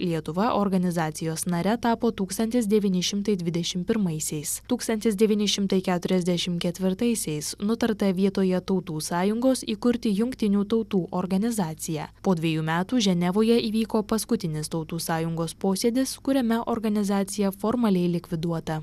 lietuva organizacijos nare tapo tūkstantis devyni šimtai dvidešim pirmaisiais tūkstantis devyni šimtai keturiasdešim ketvirtaisiais nutarta vietoje tautų sąjungos įkurti jungtinių tautų organizaciją po dvejų metų ženevoje įvyko paskutinis tautų sąjungos posėdis kuriame organizacija formaliai likviduota